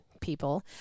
people